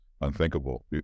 unthinkable